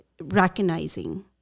recognizing